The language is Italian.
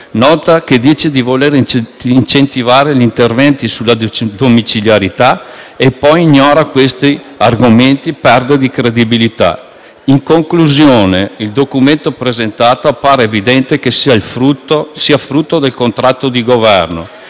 Nota che dice di voler incentivare gli interventi sulla domiciliarità e poi ignora questi argomenti perde di credibilità. In conclusione, il Documento presentato appare evidente che sia frutto del contratto di Governo